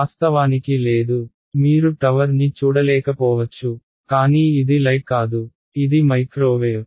వాస్తవానికి లేదు మీరు టవర్ని చూడలేకపోవచ్చు కానీ ఇది లైట్ కాదు ఇది మైక్రోవేవ్